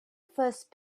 first